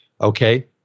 Okay